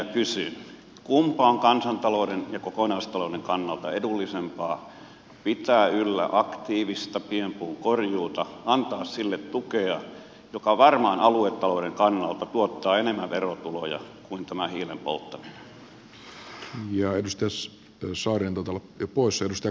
kumpi on kansantalouden ja kokonaistalouden kannalta edullisempaa polttaa hiiltä vai pitää yllä aktiivista pienpuun korjuuta antaa sille tukea joka varmaan aluetalouden kannalta tuottaa enemmän verotuloja kuin tämä hiilen polttaminen